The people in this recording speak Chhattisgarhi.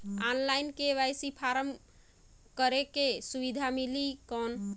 ऑनलाइन के.वाई.सी फारम करेके सुविधा मिली कौन?